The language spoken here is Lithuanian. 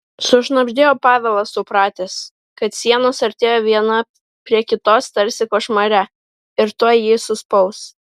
sušnabždėjo pavelas supratęs kad sienos artėja viena prie kitos tarsi košmare ir tuoj jį suspaus